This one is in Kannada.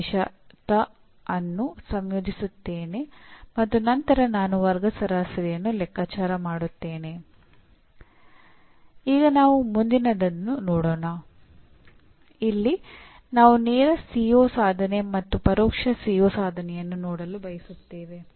ಉದಾಹರಣೆಗೆ ನೀವು ಒಂದು ಸಮೀಕ್ಷೆ ನಕ್ಷೆಯನ್ನು ಮತ್ತು ಕಾಲುವೆ ರಸ್ತೆ ಕಟ್ಟಡಗಳ ರಚನೆ ಮತ್ತು ಜೋಡಣೆಗಳಿಗಾಗಿ ಮಾಡಲಾದ ವಿನ್ಯಾಸಗಳನ್ನು ನೋಡಿರಿ